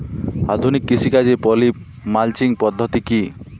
আধুনিক কৃষিকাজে পলি মালচিং পদ্ধতি কি?